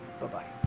Bye-bye